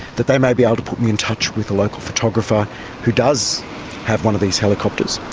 that they may be able to put me in touch with a local photographer who does have one of these helicopters.